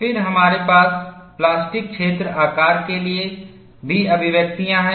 फिर हमारे पास प्लास्टिक क्षेत्र आकार के लिए भी अभिव्यक्तियाँ हैं